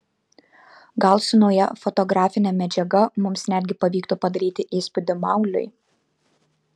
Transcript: gal su nauja fotografine medžiaga mums netgi pavyktų padaryti įspūdį mauliui